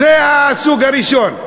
זה הסוג הראשון.